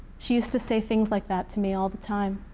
she used to say things like that to me all the time.